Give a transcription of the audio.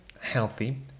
healthy